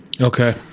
Okay